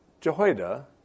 Jehoiada